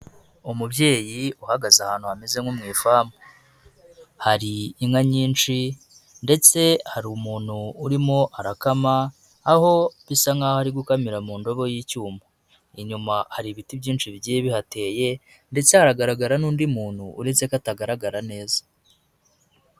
Umubyeyi uhagaze ahantu hameze nko mu ifamu, hari inka nyinshi ndetse hari umuntu urimo arakama aho bisa nkaho ari gukamira mu ndobo y'icyuma, inyuma hari ibiti byinshi bigiye bihateye ndetse haragaragara n'undi muntu uretse ko atagaragara neza.